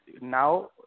Now